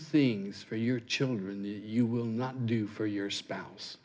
things for your children the you will not do for your spouse